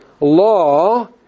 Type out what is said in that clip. law